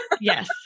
Yes